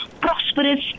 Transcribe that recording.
prosperous